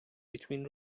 between